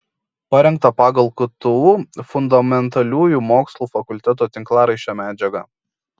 parengta pagal ktu fundamentaliųjų mokslų fakulteto tinklaraščio medžiagą